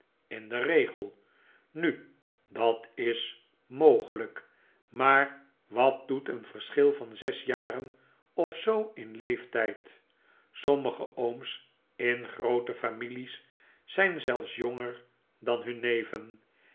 ln den regel nu dat is mogelyk maar wat doet een verschil van zes jaren of zoo in leeftyd sommige ooms in groote families zyn zelfs jonger dan hunne neven